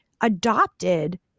adopted